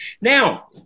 Now